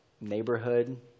neighborhood